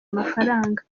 amafaranga